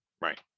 Right